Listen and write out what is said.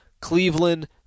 Cleveland